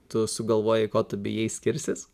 tu sugalvojai ko tu bijai skirsis